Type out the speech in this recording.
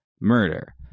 murder